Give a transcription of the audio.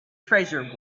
treasure